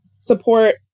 support